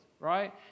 right